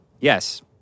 yes